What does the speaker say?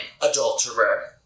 adulterer